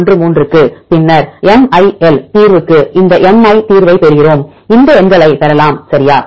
013 க்கு பின்னர் எம்ஐஎல் தீர்வுக்கு இந்த எம்ஐ தீர்வைப் பெறுகிறோம் இந்த எண்களை பெறலாம் சரியா